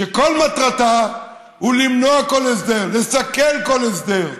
שכל מטרתה הוא למנוע כל הסדר, לסכל כל הסדר,